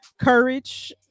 courage